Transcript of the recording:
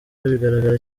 bigaragara